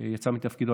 השוטר יצא מתפקידו.